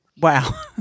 Wow